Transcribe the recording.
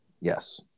Yes